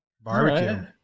Barbecue